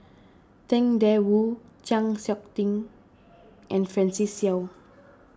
Tang Da Wu Chng Seok Tin and Francis Seow